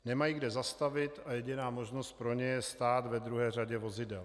Nemají kde zastavit a jediná možnost pro ně je stát ve druhé řadě vozidel.